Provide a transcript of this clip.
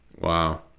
Wow